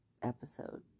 Episode